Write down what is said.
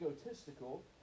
egotistical